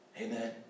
Amen